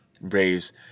Braves